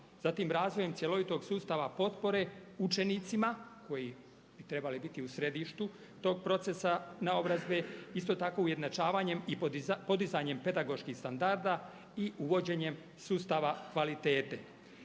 zatim razvojem cjelovitog sustava potpore učenicima koji bi trebali biti u središtu tog procesa naobrazbe, isto tako ujednačavanjem i podizanjem pedagoških standarda i uvođenjem sustava kvalitete.